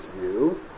view